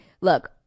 look